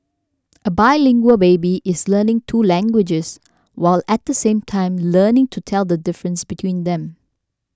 a bilingual baby is learning two languages while at the same time learning to tell the difference between them